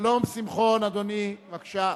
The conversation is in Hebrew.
מצביע שלום שמחון, אדוני, בבקשה.